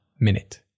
minute